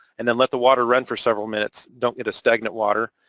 and then let the water run for several minutes. don't get a stagnant water.